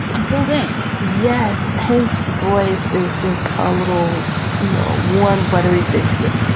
i'm pulled in yes. his voice is just a little you know warm, buttery biscuit.